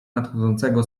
nadchodzącego